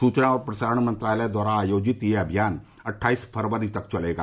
सूचना और प्रसारण मंत्रालय द्वारा आयोजित यह अभियान अट्ठाईस फरवरी तक चलेगा